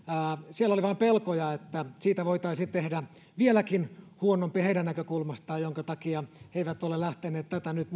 siellä oli vähän pelkoja että siitä voitaisiin tehdä vieläkin huonompi heidän näkökulmastaan minkä takia he eivät ole lähteneet tätä nyt